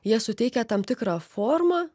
jie suteikia tam tikrą formą